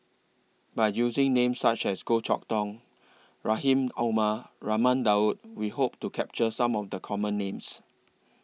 By using Names such as Goh Chok Tong Rahim Omar Raman Daud We Hope to capture Some of The Common Names